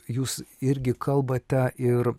jūs irgi kalbate ir